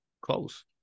close